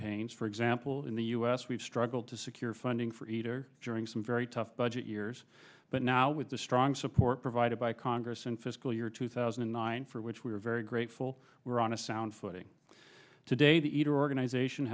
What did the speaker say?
pains for example in the u s we've struggled to secure funding for eight or during some very tough budget years but now with the strong support provided by congress in fiscal year two thousand and nine for which we are very grateful we're on a sound footing today the eat organization